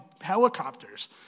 helicopters